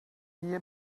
year